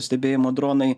stebėjimo dronai